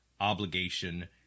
obligation